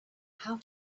how